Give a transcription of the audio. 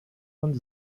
und